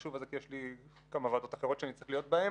חשוב הזה כי יש לי עוד כמה ועדות אחרות שאני צריך להיוח בהן.